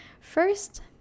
First